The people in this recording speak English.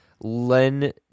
Len